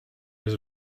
his